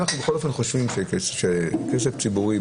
אם אנחנו בכל אופן חושבים שכסף ציבורי,